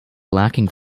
lacking